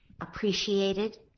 appreciated